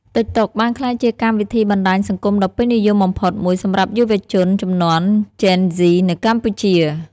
តិកតុកបានក្លាយជាកម្មវិធីបណ្ដាញសង្គមដ៏ពេញនិយមបំផុតមួយសម្រាប់យុវជនជំនាន់ជេនហ្ស៊ីនៅកម្ពុជា។